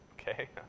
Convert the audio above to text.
okay